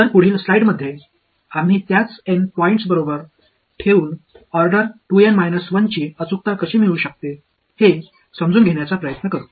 तर पुढील स्लाइड्स मध्ये आम्ही त्याच एन पॉईंट्स बरोबर ठेवून ऑर्डर 2 एन 1 ची अचूकता कशी मिळू शकतो हे समजून घेण्याचा प्रयत्न करू